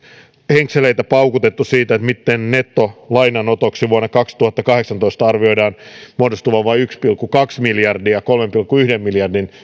henkseleitä paukuteltu siitä miten nettolainanotoksi vuonna kaksituhattakahdeksantoista arvioidaan muodostuvan vain yksi pilkku kaksi miljardia kolmen pilkku yhden miljardin